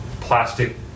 plastic